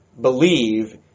believe